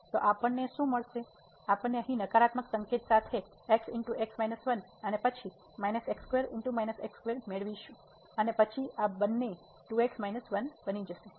તેથી આપણને શું મળશે આપણે અહીં નકારાત્મક સંકેત સાથે x અને પછી મેળવીશું અને પછી આ 2x 1 બની જશે